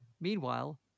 Meanwhile